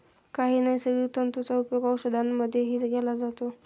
काही नैसर्गिक तंतूंचा उपयोग औषधांमध्येही केला जातो